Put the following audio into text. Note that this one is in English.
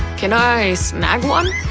can i snag one?